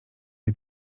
jej